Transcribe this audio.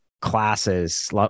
classes